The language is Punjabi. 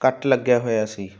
ਕੱਟ ਲੱਗਿਆ ਹੋਇਆ ਸੀ